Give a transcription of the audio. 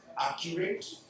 accurate